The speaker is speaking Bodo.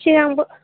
सिगांबो